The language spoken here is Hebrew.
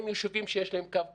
עם יישובים שיש להם קו כחול,